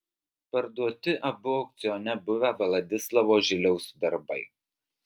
parduoti abu aukcione buvę vladislovo žiliaus darbai